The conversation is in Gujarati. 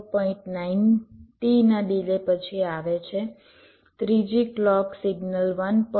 9T ના ડિલે પછી આવે છે ત્રીજી ક્લૉક સિગ્નલ 1